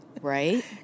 Right